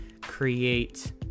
create